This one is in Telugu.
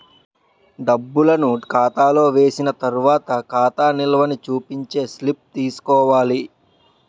డబ్బులను ఖాతాలో వేసిన తర్వాత ఖాతా నిల్వని చూపించే స్లిప్ తీసుకోవాలి